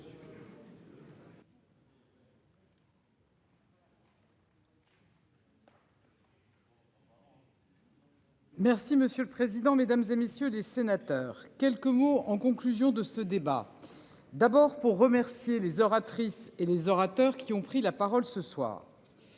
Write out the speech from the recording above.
Merci monsieur le président, Mesdames, et messieurs les sénateurs, quelques mots en conclusion de ce débat. D'abord pour remercier les oratrices et les orateurs qui ont pris la parole ce soir.